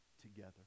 together